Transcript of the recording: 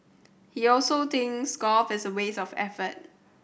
he also thinks golf is a waste of effort